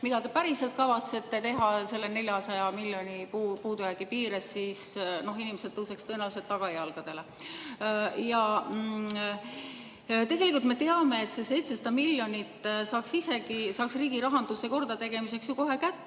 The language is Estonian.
mida te päriselt kavatsete teha selle 400 miljoni puudujäägi piires, siis inimesed tõuseks tõenäoliselt tagajalgadele. Tegelikult me teame, et 700 miljonit saaks riigirahanduse kordategemiseks kohe kätte